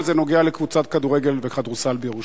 וזה נוגע לקבוצת כדורגל וכדורסל בירושלים.